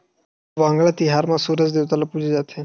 वांगला तिहार म सूरज देवता ल पूजे जाथे